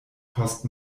post